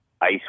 Ice